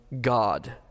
God